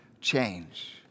change